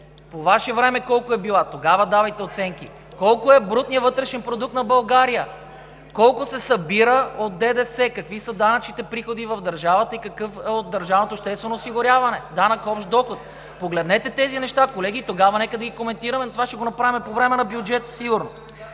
по Ваше време колко е била, тогава давайте оценки. Колко е брутният вътрешен продукт на България? Колко се събира от ДДС? Какви са данъчните приходи в държавата и какъв е от държавното обществено осигуряване данък общ доход? Погледнете тези неща, колеги. Тогава нека да ги коментираме. Това сигурно ще го направим по време на бюджета, но